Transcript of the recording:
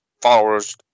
followers